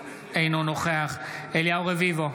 אינו נוכח אליהו רביבו,